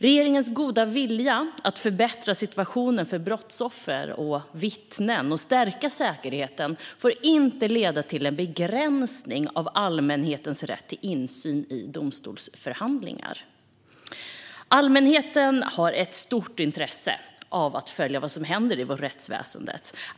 Regeringens goda vilja när det gäller att förbättra situationen för brottsoffer och vittnen och stärka säkerheten får inte leda till en begränsning av allmänhetens rätt till insyn i domstolsförhandlingar. Allmänheten har ett stort intresse av att följa vad som sker i vårt rättsväsen.